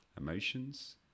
emotions